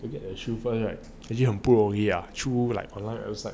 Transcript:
get the shoe first right actually 很不容易啊 shoe like online website